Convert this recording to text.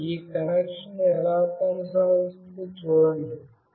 ఇప్పుడు ఈ కనెక్షన్ ఎలా సాగుతుందో చూడండి